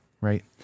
right